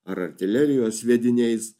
ar artilerijos sviediniais